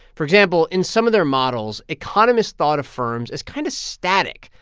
for example, in some of their models, economists thought of firms as kind of static.